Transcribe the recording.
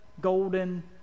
golden